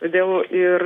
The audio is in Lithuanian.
todėl ir